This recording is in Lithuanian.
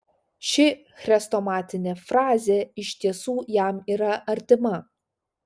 ši chrestomatinė frazė iš tiesų jam yra artima